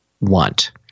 want